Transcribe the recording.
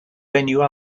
venue